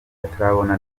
atarabona